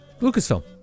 Lucasfilm